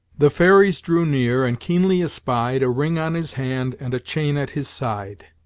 the fairies drew near and keenly espied a ring on his hand and a chain at his side.